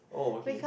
oh okay